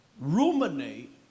Ruminate